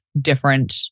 different